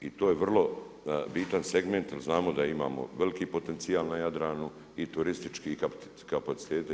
I to je vrlo bitan segment jer znamo da imamo veliki potencijal na Jadranu i turistički i kapacitete.